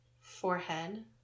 forehead